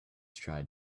tried